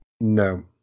No